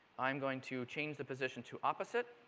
i'm going to change the position to opposite.